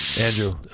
Andrew